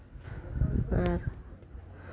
ᱟᱨ